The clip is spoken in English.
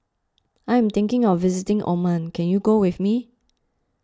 I am thinking of visiting Oman can you go with me